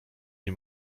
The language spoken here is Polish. nie